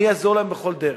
אני אעזור להם בכל דרך.